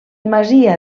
masia